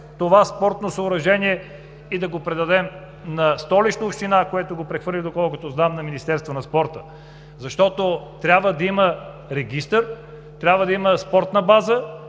това спортно съоръжение и да го предадем на Столичната община, която го прехвърли, доколкото знам, на Министерството на спорта. Трябва да има регистър, трябва да има спортна база.